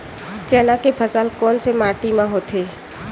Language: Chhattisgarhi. चना के फसल कोन से माटी मा होथे?